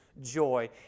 joy